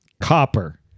Copper